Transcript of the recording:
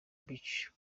beach